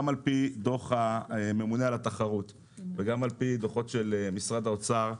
גם על פי דוח הממונה על התחרות וגם על פי דוחות של משרד האוצר,